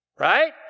right